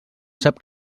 sap